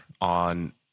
on